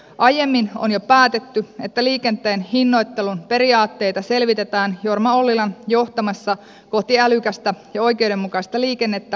aiemmin on jo päätetty että liikenteen hinnoittelun periaatteita selvitetään jorma ollilan johtamassa kohti oikeudenmukaista ja älykästä liikennettä nimisessä työryhmässä